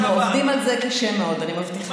אנחנו עובדים על זה קשה מאוד, אני מבטיחה לך.